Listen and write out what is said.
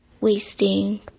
wasting